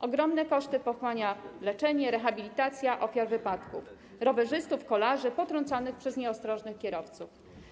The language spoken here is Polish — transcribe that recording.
Ogromne koszty pochłania leczenie i rehabilitacja ofiar wypadków: rowerzystów, kolarzy potrąconych przez nieostrożnych kierowców.